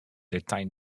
detail